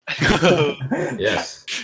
Yes